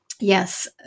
Yes